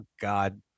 God